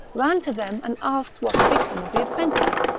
ran to them and asked what had become of the appren tice.